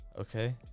Okay